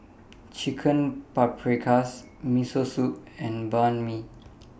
Chicken Paprikas Miso Soup and Banh MI